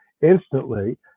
instantly